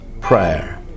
prayer